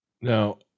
Now